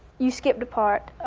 you skipped a part.